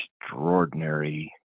extraordinary